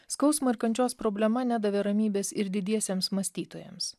skausmo ir kančios problema nedavė ramybės ir didiesiems mąstytojams